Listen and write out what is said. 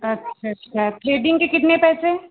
अच्छा अच्छा थ्रेडिंग के कितने पैसे